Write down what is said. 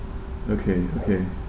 okay okay